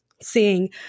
seeing